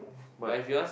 but